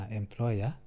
employer